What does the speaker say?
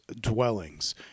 dwellings